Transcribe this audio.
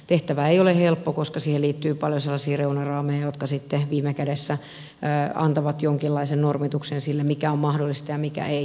tehtävä ei ole helppo koska siihen liittyy paljon sellaisia reunaraameja jotka viimekädessä antavat jonkinlaisen normituksen sille mikä on mahdollista ja mikä ei